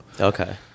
okay